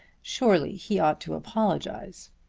surely he ought to apologize.